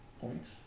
points